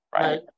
right